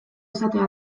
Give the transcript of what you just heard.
izatea